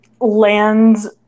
lands